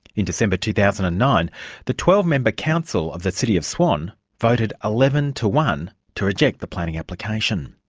in december two thousand and nine the twelve member council of the city of swan voted eleven to one to reject the planning application.